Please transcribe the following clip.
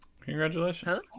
Congratulations